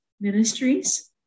ministries